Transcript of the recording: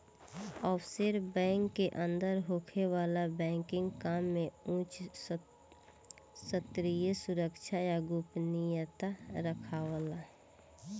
offshore bank के अंदर होखे वाला बैंकिंग काम में उच स्तरीय सुरक्षा आ गोपनीयता राखाला